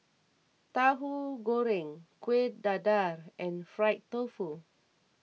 Tauhu Goreng Kueh Dadar and Fried Tofu